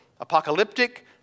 apocalyptic